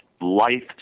life